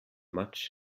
much